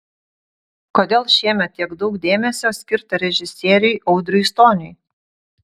kodėl šiemet tiek daug dėmesio skirta režisieriui audriui stoniui